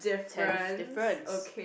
ten differences